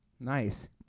Nice